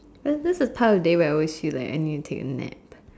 that is the part of the day when I feel like I need to take a nap